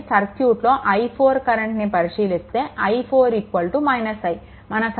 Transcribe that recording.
కానీ సర్క్యూట్లో i4 కరెంట్ని పరిశీలిస్తే i4 I